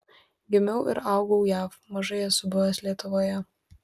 gimiau ir augau jav mažai esu buvęs lietuvoje